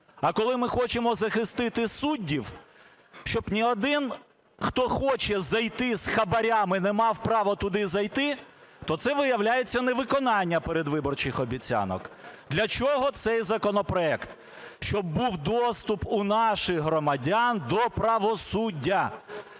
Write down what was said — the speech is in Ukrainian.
а коли ми хочемо захистити суддів, щоб ні один, хто хоче зайти з хабарами, не мав право туди зайти, то це, виявляється, невиконання передвиборчих обіцянок. Для чого цей законопроект? Щоб був доступ у наших громадян до правосуддя.